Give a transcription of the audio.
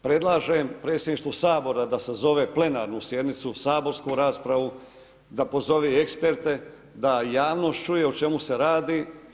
Predlažem predsjedništvu Sabora da sazove plenarnu sjednicu saborsku raspravu, da pozove i eksperte da javnost čuje o čemu se radi.